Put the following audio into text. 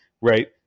right